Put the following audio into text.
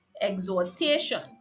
exhortation